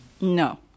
No